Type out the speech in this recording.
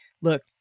look